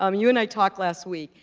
um you and i talked last week,